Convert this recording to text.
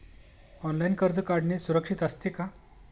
Online कर्ज काढणे सुरक्षित असते का?